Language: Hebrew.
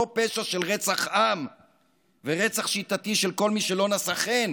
אותו פשע של רצח עם ורצח שיטתי של כל מי שלא נשא חן